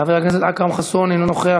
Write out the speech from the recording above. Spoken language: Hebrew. חבר הכנסת אכרם חסון, אינו נוכח.